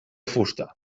fusta